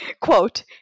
quote